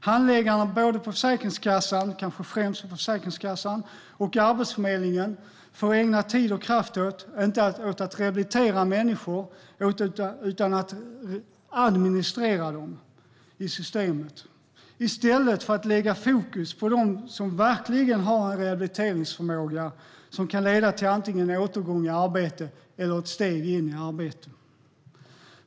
Handläggarna på kanske främst Försäkringskassan och Arbetsförmedlingen får ägna tid och kraft åt inte att rehabilitera människor utan att administrera dem i systemet, i stället för att lägga fokus på de som verkligen har en rehabiliteringsförmåga som kan leda till antingen återgång i arbete eller ett steg in i arbete.